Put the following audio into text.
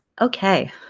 okay.